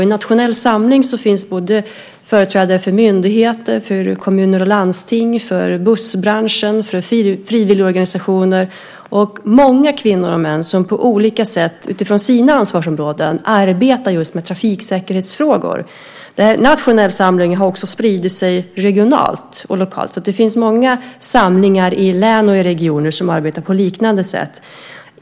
I Nationell samling finns företrädare för myndigheter, kommuner och landsting, bussbranschen, frivilligorganisationer och många kvinnor och män som på olika sätt, utifrån sina ansvarsområden, arbetar just med trafiksäkerhetsfrågor. Nationell samling har också spridit sig regionalt och lokalt. Det finns många samlingar i län och regioner som arbetar på liknande sätt.